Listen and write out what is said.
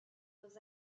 was